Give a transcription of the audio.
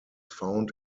found